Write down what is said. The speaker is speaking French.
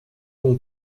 long